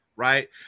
Right